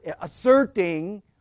asserting